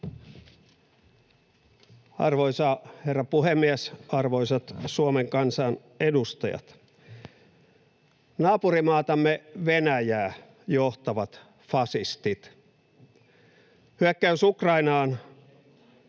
Arvoisa herra puhemies! Arvoisat Suomen kansan edustajat! Naapurimaatamme Venäjää johtavat fasistit. Hyökkäys Ukrainaan